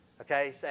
Okay